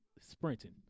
sprinting